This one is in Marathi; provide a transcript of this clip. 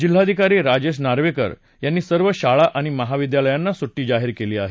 जिल्हाधिकारी राजेश नार्वेकर यांनी सर्व शाळा आणि महाविद्यालयांना सुट्टी जाहीर केली आहे